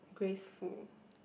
Grace-Fu